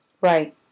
Right